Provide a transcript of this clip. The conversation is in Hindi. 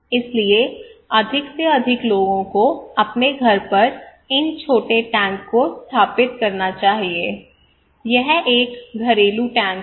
इसलिए अधिक से अधिक लोगों को अपने घर पर इन छोटे टैंक को स्थापित करना चाहिए यह एक घरेलू टैंक है